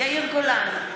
יאיר גולן,